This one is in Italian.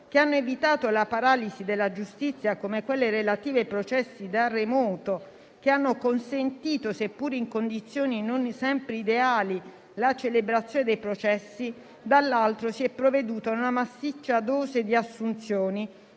che hanno evitato la paralisi della giustizia, come quelle relative ai processi da remoto, che hanno consentito, seppur in condizioni non sempre ideali, la celebrazione dei processi, dall'altro si è provveduto ad una massiccia dose di assunzioni